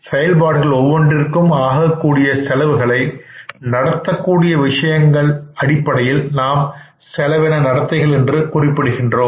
செயல்பாடுகள் ஒவ்வொன்றுக்கும் ஆக்க்கூடிய செலவுகளை நடத்தக்கூடிய விஷயங்களை நாம் செலவின நடத்திகள் என்று குறிப்பிடுகின்றோம்